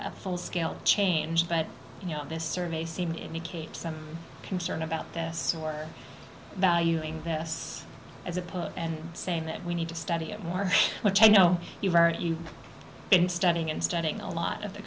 a full scale change but you know this survey seemed to indicate some concern about this valuing this as a put and saying that we need to study it more which i know you've been studying and studying a lot of the